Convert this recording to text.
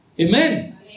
Amen